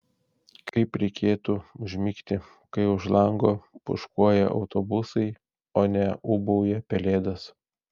kaip reikėtų užmigti kai už lango pūškuoja autobusai o ne ūbauja pelėdos